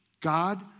God